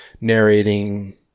narrating